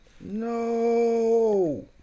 No